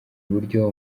iburyo